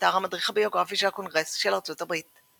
באתר המדריך הביוגרפי של הקונגרס של ארצות הברית ==